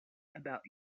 about